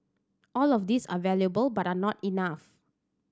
all of these are valuable but are not enough